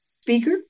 speaker